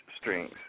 strings